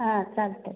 हां चालतं